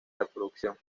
reproducción